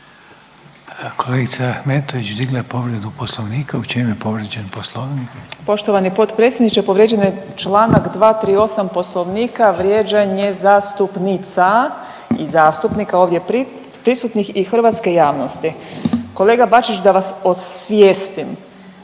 Kolega Bačić da vas osvijestim